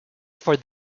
for